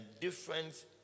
difference